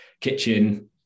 kitchen